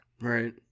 Right